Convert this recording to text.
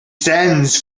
sends